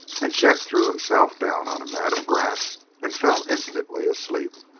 and chet threw himself down on a mat of grass and fell instantly asleep.